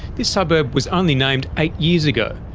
this suburb was only named eight years ago,